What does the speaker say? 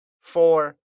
four